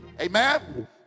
Amen